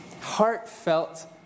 Heartfelt